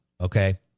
Okay